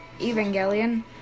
Evangelion